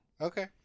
Okay